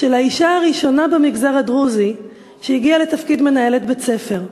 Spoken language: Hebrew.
של האישה הראשונה במגזר הדרוזי שהגיעה לתפקיד מנהלת בית-ספר.